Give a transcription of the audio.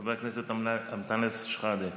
חבר הכנסת אנטאנס שחאדה,